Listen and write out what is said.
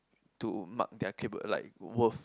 to mark their capable like worth